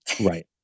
Right